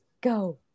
go